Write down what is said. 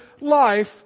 life